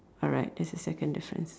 alright that's the second difference